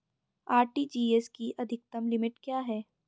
RTGS की अधिकतम limit क्या है?